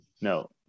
No